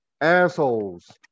assholes